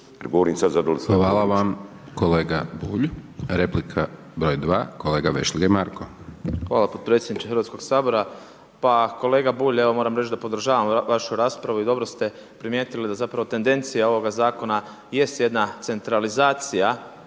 Hvala vam kolega Bulj. Replika broj 2, kolega Vešligaj Marko. **Vešligaj, Marko (SDP)** Hvala potpredsjedniče Hrvatskog sabora. Pa kolega Bulj, ja vam moram reći da podržavam vašu raspravu i dobro ste primijetili da zapravo tendencija ovoga Zakona jest jedna centralizacija